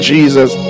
Jesus